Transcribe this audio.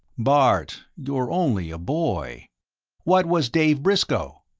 bart, you're only a boy what was dave briscoe?